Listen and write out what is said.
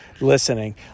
listening